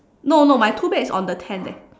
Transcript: no no my tool bag is on the tent eh